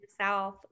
South